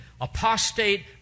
apostate